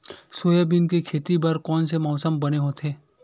Soybean के खेती बर कोन से मौसम बने होथे?